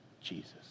Jesus